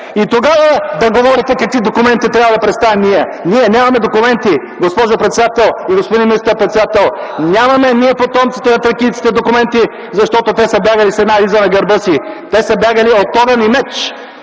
И тогава да говорите какви документи трябва да представим ние! Ние нямаме документи, госпожо председател и господин министър-председател! Ние, потомците на тракийците, нямаме документи, защото те са бягали с една риза на гърба си. Те са бягали от огън и меч!